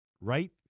Right